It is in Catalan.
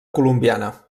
colombiana